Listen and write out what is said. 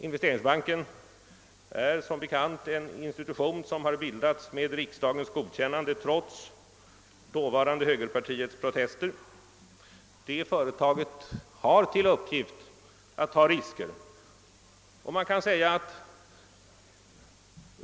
Investeringsbanken är som bekant en institution som har bildats med riksdagens godkännande, trots dåvarande högerpartiets protester. Det företaget har till uppgift att ta risker.